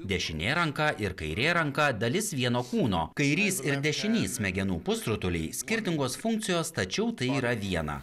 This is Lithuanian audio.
dešinė ranka ir kairė ranka dalis vieno kūno kairys ir dešinys smegenų pusrutuliai skirtingos funkcijos tačiau tai yra viena